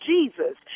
Jesus